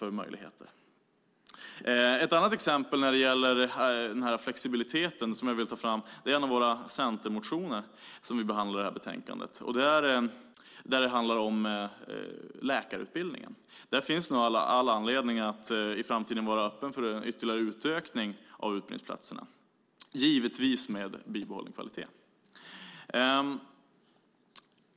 Ett annat exempel jag vill lyfta fram när det gäller flexibiliteten är en av de centermotioner vi behandlar i betänkandet. Den handlar om läkarutbildningen. Där finns all anledning att i framtiden vara öppen för en ytterligare utökning av utbildningsplatserna, givetvis med bibehållen kvalitet.